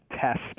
test